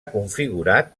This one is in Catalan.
configurat